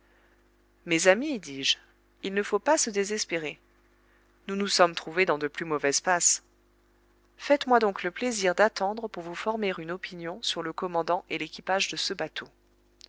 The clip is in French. mes amis dis-je il ne faut pas se désespérer nous nous sommes trouvés dans de plus mauvaises passes faites-moi donc le plaisir d'attendre pour vous former une opinion sur le commandant et l'équipage de ce bateau